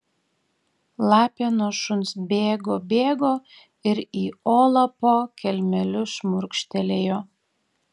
lapė nuo šuns bėgo bėgo ir į olą po kelmeliu šmurkštelėjo